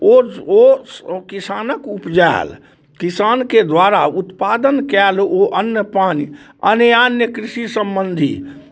ओ ओ ओ किसानक उपजायल किसानके द्वारा उत्पादन कयल ओ अन्न पानि अन्यान्य कृषि सम्बन्धी